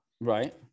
right